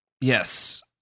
Yes